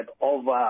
over